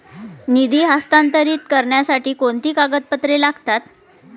निधी हस्तांतरित करण्यासाठी कोणती कागदपत्रे लागतात?